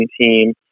team